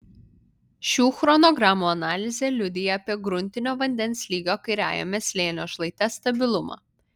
šių chronogramų analizė liudija apie gruntinio vandens lygio kairiajame slėnio šlaite stabilumą